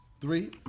Three